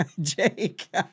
Jake